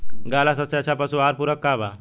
गाय ला सबसे अच्छा पशु आहार पूरक का बा?